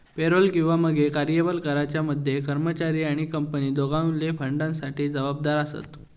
payroll किंवा मगे कर्यबल कराच्या मध्ये कर्मचारी आणि कंपनी दोघवले फंडासाठी जबाबदार आसत